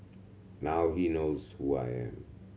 now he knows who I am